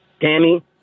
Tammy